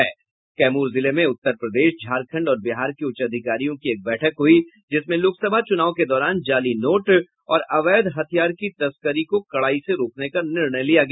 कैमूर जिले में उत्तर प्रदेश झारखण्ड और बिहार के उच्च अधिकारियों की एक बैठक हुयी जिसमें लोकसभा चुनाव के दौरान जाली नोट और अवैध हथियार की तस्करी को कड़ाई से रोकने का निर्णय लिया गया